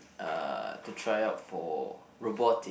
uh to try out for robotic